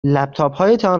لپتاپتان